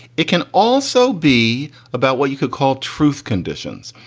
it can also be about what you could call truth conditions.